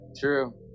True